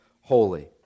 holy